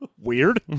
Weird